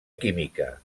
química